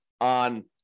on